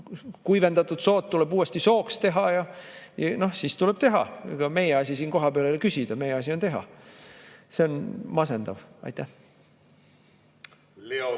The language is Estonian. kuivendatud sood tuleb uuesti sooks teha, no siis tuleb teha. Ega meie asi siin kohapeal ei ole küsida, meie asi on teha. See on masendav. Leo